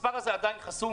המספר הזה עדיין חסום.